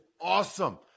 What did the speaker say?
awesome